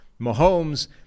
Mahomes